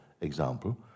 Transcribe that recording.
example